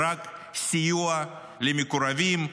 רק סיוע למקורבים,